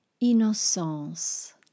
innocence